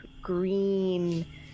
green